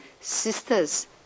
sisters